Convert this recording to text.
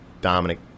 Dominic